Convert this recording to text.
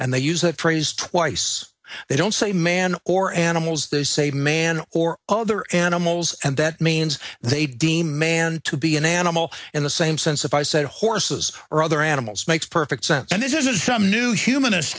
and they use that phrase twice they don't say man or animals they say man or other animals and that means they deem man to be an animal in the same sense if i said horses or other animals makes perfect sense and this isn't some new humanist